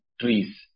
trees